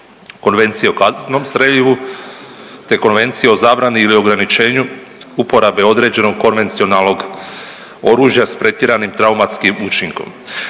Konvencije o kaznenom streljivu, te Konvencije o zabrani ili ograničenju uporabe određenog konvencionalnog oružja s pretjeranim traumatskim učinkom.